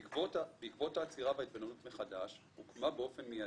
בעקבות העצירה וההתבוננות מחדש הוקמה באופן מידי,